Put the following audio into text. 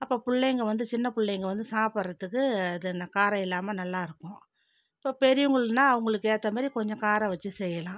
அப்போ பிள்ளைங்க வந்துச்சுனா பிள்ளைங்க வந்து சாப்பிடறதுக்கு அதுன்ன காரம் இல்லாமல் நல்லா இருக்கும் இப்போ பெரியவங்கள்னா அவங்களுக்கு ஏற்ற மாதிரி கொஞ்சம் காரம் வெச்சு செய்யலாம்